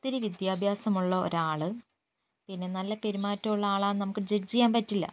ഒത്തിരി വിദ്യാഭ്യാസമുള്ള ഒരാൾ പിന്നെ നല്ല പെരുമാറ്റമുള്ള ആളാണെന്നു നമുക്ക് ജഡ്ജ് ചെയ്യാൻ പറ്റില്ല